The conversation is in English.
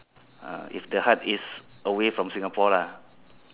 uh if the heart is away from Singapore lah